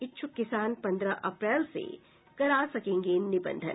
इच्छुक किसान पन्द्रह अप्रैल से करा सकेंगे निबंधन